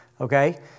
Okay